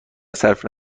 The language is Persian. صرف